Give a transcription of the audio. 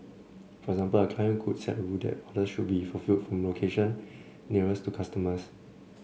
for example a client could set a rule that orders should be fulfilled from location nearest to customers